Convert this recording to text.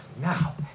now